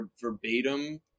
verbatim